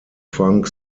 funk